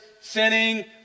sinning